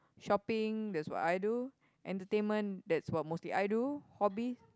shopping that's what I do entertainment that's what mostly I do hobby